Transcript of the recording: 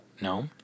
No